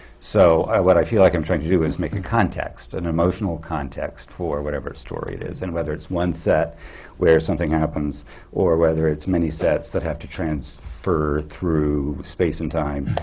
so, what i feel like i'm trying to do is make a context, an emotional context for whatever story it is and whether it's one set where something happens or whether it's many sets that have to transfer through space and time.